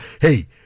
hey